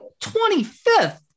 25th